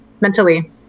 mentally